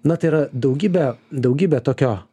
na tai yra daugybė daugybė tokio